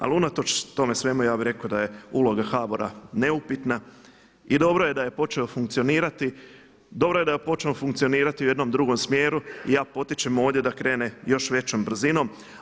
Ali unatoč tome svemu ja bih rekao da je uloga HBOR-a neupitna i dobro je da je počeo funkcionirati, dobro je da je počeo funkcionirati u jednom drugom smjeru i ja potičem ovdje da krene još većom brzinom.